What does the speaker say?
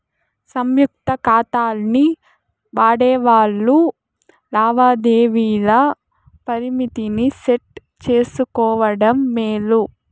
సంయుక్త కాతాల్ని వాడేవాల్లు లావాదేవీల పరిమితిని సెట్ చేసుకోవడం మేలు